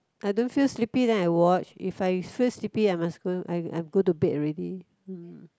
I don't feel sleepy then I watch if I feel sleepy I must go I I go to bed already hmm